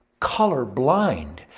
colorblind